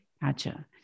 Gotcha